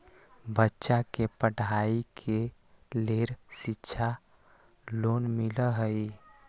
बच्चा के पढ़ाई के लेर शिक्षा लोन मिलहई?